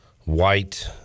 white